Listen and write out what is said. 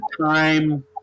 time